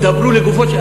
דברו לגופו של עניין.